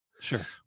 Sure